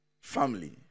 family